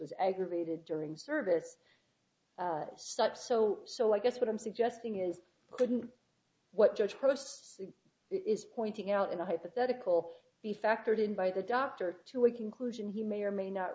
was aggravated during service stops so so i guess what i'm suggesting is couldn't what judge posts is pointing out in a hypothetical be factored in by the doctor to a conclusion he may or may not